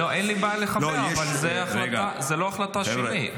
אין לי בעיה לחבר, אבל זה לא החלטה שלי.